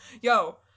Yo